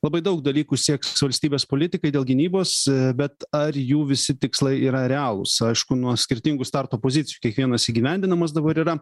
labai daug dalykų sieks valstybės politikai dėl gynybos bet ar jų visi tikslai yra realūs aišku nuo skirtingų starto pozicijų kiekvienas įgyvendinamas dabar yra